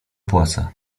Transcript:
płaca